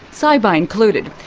saibai included.